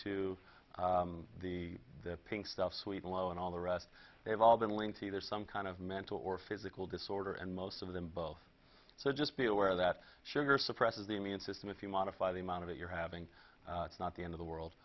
to the pink stuff sweet n low and all the rest they've all been linked to either some kind of mental or physical disorder and most of them both so just be aware that sugar suppresses the immune system if you modify the amount of it you're having is not the end of the world